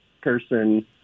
person